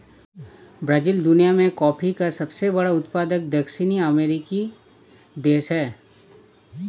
Brazil दुनिया में coffee का सबसे बड़ा उत्पादक दक्षिणी अमेरिकी देश है